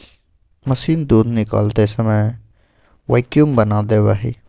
machine दूध निकालते समय वैक्यूम बना देवा हई